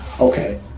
okay